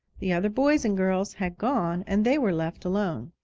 the other boys and girls had gone and they were left alone.